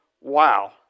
Wow